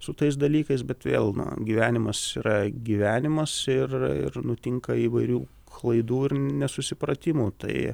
su tais dalykais bet vėl na gyvenimas yra gyvenimas ir ir nutinka įvairių klaidų ir nesusipratimų tai